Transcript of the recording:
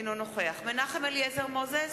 אינו נוכח מנחם אליעזר מוזס,